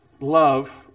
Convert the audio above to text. Love